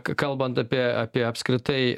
k kalbant apie apie apskritai